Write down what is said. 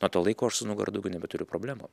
nuo to laiko aš su nugara daugiau nebeturiu problemų